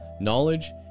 knowledge